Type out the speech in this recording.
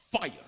fire